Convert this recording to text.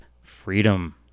freedom